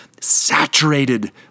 saturated